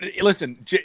Listen